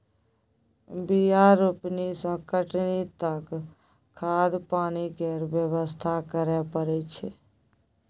बीया रोपनी सँ कटनी तक खाद पानि केर बेवस्था करय परय छै